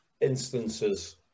instances